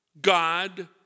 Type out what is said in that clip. God